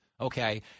Okay